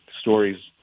stories